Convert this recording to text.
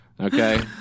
Okay